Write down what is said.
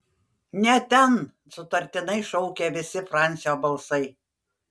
ne ten sutartinai šaukė visi francio balsai